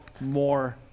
more